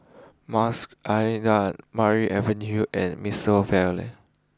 Mas an Maria Avenue and Mimosa Vale